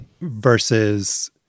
versus